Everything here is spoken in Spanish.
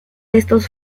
estos